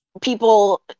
people